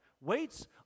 Weights